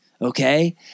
okay